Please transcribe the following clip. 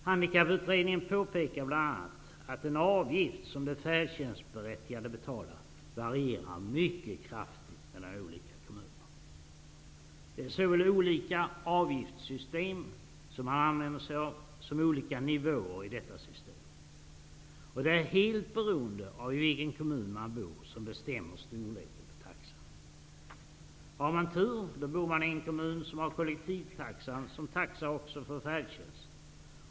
Handikapputredningen påpekar bl.a. att den avgift som de färdtjänstberättigade betalar varierar mycket kraftigt i olika kommuner. Man använder sig av olika avgiftssystem, men det finns också olika nivåer i detta system. Helt avgörande för taxan är i vilken kommun man bor. Den som har tur bor i en kommun där kollektivtaxan utgör taxa också för färdtjänsten.